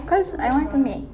cause I want to make